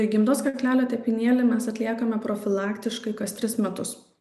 gimdos kaklelio tepinėlį mes atliekame profilaktiškai kas tris metus